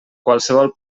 qualsevol